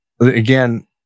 Again